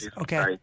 Okay